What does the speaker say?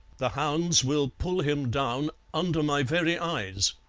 the hounds will pull him down under my very eyes.